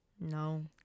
no